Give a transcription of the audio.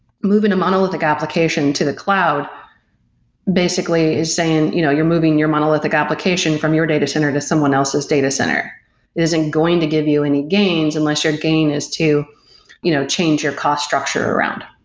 moving a monolithic application to the cloud basically is saying you know you're moving your monolithic application from your data center to someone else's data center. it isn't going to give you any gains, unless your gain is to you know change your cost structure around.